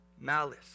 Malice